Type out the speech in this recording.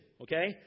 Okay